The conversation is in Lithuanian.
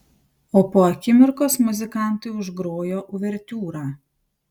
o po akimirkos muzikantai užgrojo uvertiūrą